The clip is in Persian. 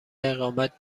اقامت